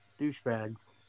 douchebags